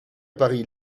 paris